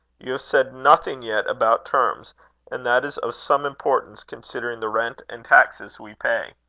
you have said nothing yet about terms and that is of some importance, considering the rent and taxes we pay.